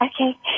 Okay